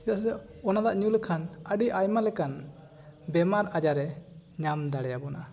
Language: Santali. ᱪᱮᱫᱟᱜ ᱥᱮ ᱚᱱᱟ ᱫᱟᱜ ᱧᱩ ᱞᱮᱠᱷᱟᱱ ᱟᱹᱰᱤ ᱟᱭᱢᱟ ᱞᱮᱠᱟᱱ ᱵᱮᱢᱟᱨ ᱟᱡᱟᱨ ᱮ ᱧᱟᱢ ᱫᱟᱲᱮᱭᱟᱵᱚᱱᱟ